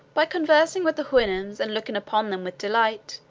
by conversing with the houyhnhnms, and looking upon them with delight,